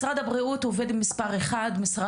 משרד הבריאות עובד עם מספר אחד,